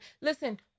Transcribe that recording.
Listen